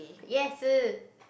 yes